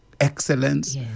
excellence